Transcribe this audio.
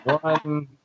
one